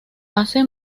hace